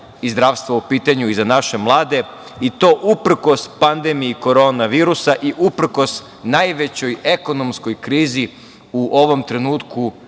i zdravstvo u pitanju i za naše mlade, i to uprkos pandemiji korona virusa i uprkos najvećoj ekonomskoj krizi u ovom trenutnu